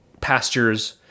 pastures